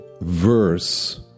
verse